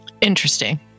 Interesting